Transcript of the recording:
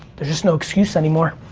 there's just no excuse anymore.